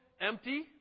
empty